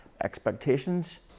expectations